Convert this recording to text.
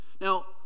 Now